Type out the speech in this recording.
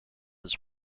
his